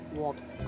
walks